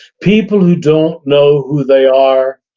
people who don't know who they are,